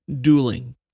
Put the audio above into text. Dueling